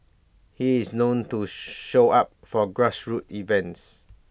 he is known to show up for grassroots events